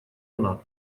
она